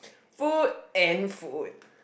food and food